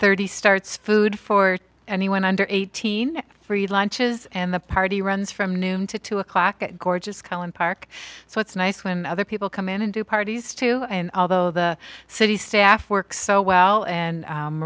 thirty starts food for anyone under eighteen free lunches and the party runs from noon to two o'clock a gorgeous cullen park so it's nice when other people come in and do parties too and although the city staff works so well and